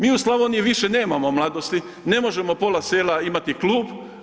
Mi u Slavoniji više nemamo mladosti ne možemo pola sela imati klub.